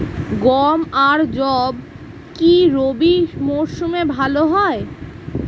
গম আর যব কি রবি মরশুমে ভালো হয়?